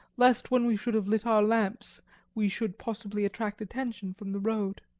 lest when we should have lit our lamps we should possibly attract attention from the road.